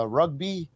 rugby